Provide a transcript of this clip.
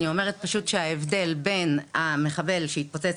אני אומרת פשוט שההבדל בין המחבל שהתפוצץ